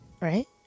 Right